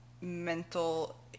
mental